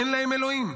אין להם אלוהים.